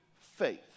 faith